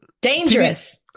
dangerous